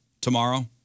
tomorrow